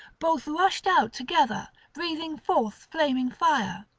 both rushed out together, breathing forth flaming fire.